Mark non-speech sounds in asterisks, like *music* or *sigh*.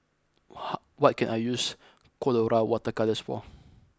*noise* what can I use Colora water colours for